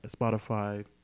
Spotify